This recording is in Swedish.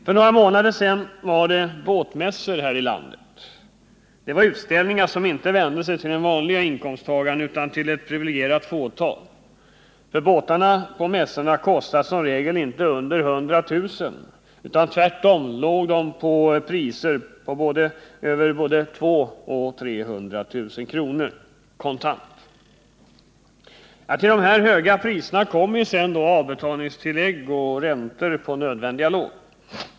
För några månader sedan var det båtmässor här i landet. Det var utställningar som inte vände sig till den vanlige inkomsttagaren utan till ett privilegierat fåtal. Båtarna på mässorna kostade som regel inte under 100 000 kr., utan tvärtom låg de på priser över både 200 000 och 300 000 kr., kontant. Till dessa höga priser kommer sedan avbetalningstillägg och räntor på nödvändiga lån.